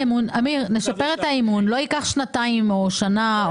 אמיר, נשפר את האמון, לא ייקח שנתיים או שנה.